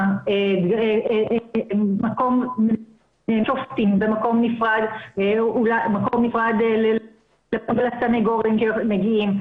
מקום נפרד לשופטים ומקום נפרד לסנגורים שמגיעים,